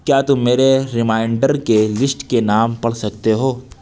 کیا تم میرے ریمائنڈر کے لشٹ کے نام پڑھ سکتے ہو